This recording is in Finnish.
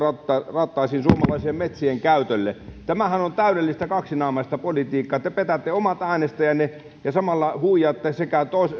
rattaisiin suomalaisten metsien käytölle tämähän on täydellistä kaksinaamaista politiikkaa te petätte omat äänestäjänne ja samalla huijaatte sekä